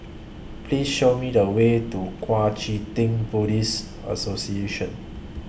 Please Show Me The Way to Kuang Chee Tng Buddhist Association